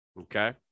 Okay